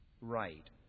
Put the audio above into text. right